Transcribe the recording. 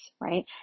Right